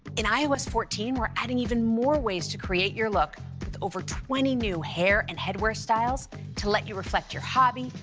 in ios fourteen, we're adding even more ways to create your look with over twenty new hair and headwear styles to let you reflect your hobby,